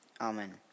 Amen